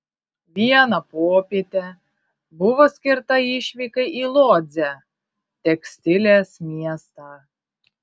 viena popietė buvo skirta išvykai į lodzę tekstilės miestą